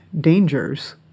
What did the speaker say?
dangers